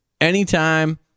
anytime